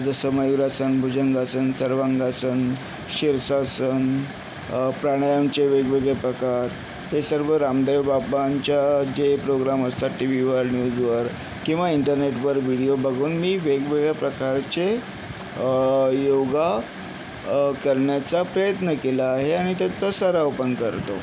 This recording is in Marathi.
जसं मयूरासन भुजंगासन सर्वांगासन शीर्षासन प्राणायामचे वेगवेगळे प्रकार हे सर्व रामदेव बाबांच्या जे प्रोग्राम असतात टीव्हीवर न्यूजवर किंवा इंटरनेटवर विडियो बघून मी वेगवेगळ्या प्रकारचे योगा करण्याचा प्रयत्न केला आहे आणि त्याचा सराव पण करतो